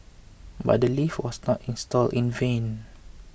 but the lift was not installed in vain